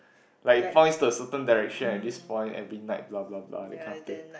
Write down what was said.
like points towards a certain direction at this point ending like blah blah blah that kind of thing